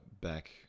back